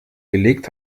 gelegt